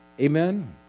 Amen